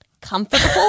comfortable